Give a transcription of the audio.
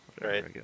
Right